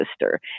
sister